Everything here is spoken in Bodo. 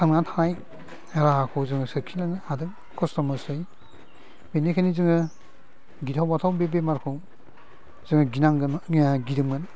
थांनानै थानाय राहाखौ जोङो सोरखिनो हादों खस्थ' मस्थ'यै बिनिखायनो जोङो गिथाव बाथाव बे बेमारखौ जोङो गिनांदों गिदोंमोन